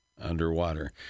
underwater